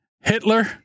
hitler